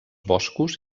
boscos